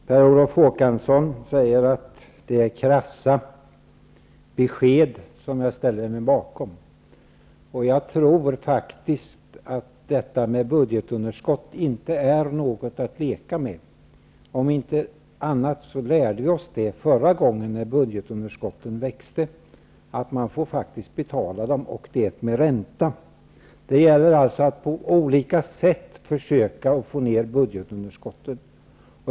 Herr talman! Per Olof Håkansson säger att det är krassa besked som jag ställer mig bakom. Jag tror faktiskt att budgetunderskott inte är något att leka med. Om inte annat så lärde vi oss förra gången budgetunderskotten växte att man får betala dem, och det med ränta. Det gäller alltså att på olika sätt försöka att få ner budgetunderskottet.